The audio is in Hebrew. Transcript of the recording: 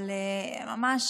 ממש,